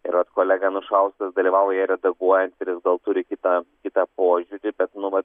ir at kolega anušauskas dalyvauja redaguojant ir jis gal turi kitą kitą požiūrį bet nu va